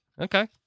Okay